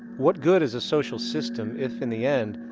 what good is a social system if, in the end,